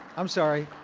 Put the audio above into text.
i'm sorry.